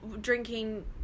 drinking